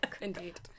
Indeed